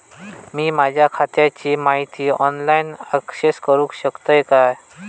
मी माझ्या खात्याची माहिती ऑनलाईन अक्सेस करूक शकतय काय?